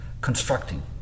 constructing